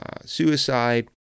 suicide